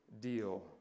deal